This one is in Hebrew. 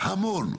המון.